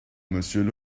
monsieur